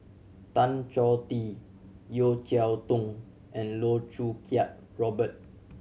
Tan Choh Tee Yeo Cheow Tong and Loh Choo Kiat Robert